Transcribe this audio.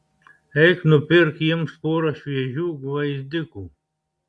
eik nupirk jiems porą šviežių gvazdikų